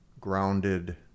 grounded